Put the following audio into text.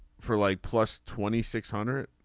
for like plus twenty six hundred.